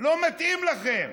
לא מתאים לכם.